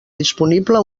disponible